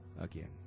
Again